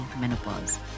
menopause